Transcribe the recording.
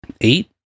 eight